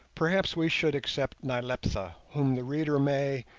perhaps we should except nyleptha, whom the reader may,